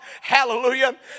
hallelujah